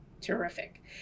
Terrific